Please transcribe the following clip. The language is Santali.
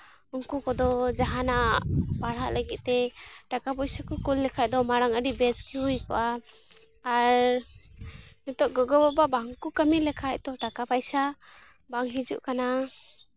ᱩᱱᱠᱩ ᱠᱚᱫᱚ ᱡᱟᱦᱟᱱᱟᱜ ᱯᱟᱲᱦᱟᱜ ᱞᱟᱹᱜᱤᱫ ᱛᱮ ᱴᱟᱠᱟ ᱯᱚᱭᱥᱟ ᱠᱚ ᱠᱩᱞ ᱞᱮᱠᱷᱟᱡ ᱰᱚ ᱢᱟᱲᱟᱝ ᱟᱹᱰᱤ ᱵᱮᱥ ᱜᱮ ᱦᱩᱭ ᱠᱚᱜᱼᱟ ᱟᱨ ᱱᱤᱛᱚᱜ ᱜᱚᱜᱚᱼᱵᱟᱵᱟ ᱵᱟᱝ ᱠᱚ ᱠᱟᱹᱢᱤ ᱞᱮᱠᱷᱟᱡ ᱫᱚ ᱴᱟᱠᱟᱼᱯᱚᱭᱥᱟ ᱵᱟᱝ ᱦᱤᱡᱩᱜ ᱠᱟᱱᱟ